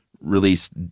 released